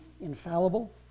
infallible